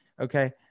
Okay